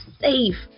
safe